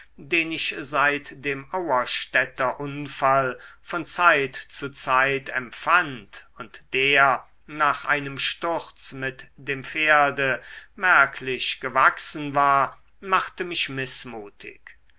den ich seit dem auerstädter unfall von zeit zu zeit empfand und der nach einem sturz mit dem pferde merklich gewachsen war machte mich mißmutig